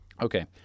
Okay